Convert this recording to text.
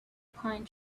pine